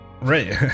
right